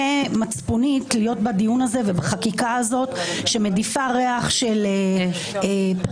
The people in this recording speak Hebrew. מצפונית להיות בדיון הזה ובחקיקה הזאת שמדיפה ריח של פרוטקציוניזם,